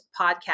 podcast